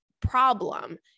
problem